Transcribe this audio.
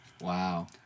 Wow